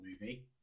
movie